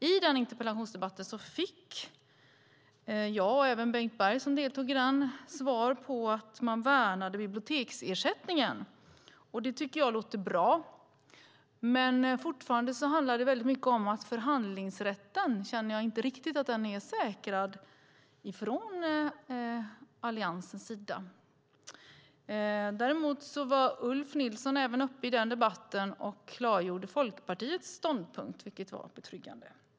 I den interpellationsdebatten fick jag, och även Bengt Berg som deltog i den, svaret att man värnade biblioteksersättningen. Det tycker jag låter bra, men fortfarande handlar det väldigt mycket om att jag inte riktigt känner att förhandlingsrätten är säkrad från Alliansens sida. Däremot var även Ulf Nilsson uppe i den debatten och klargjorde Folkpartiets ståndpunkt, vilket var betryggande.